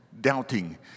doubting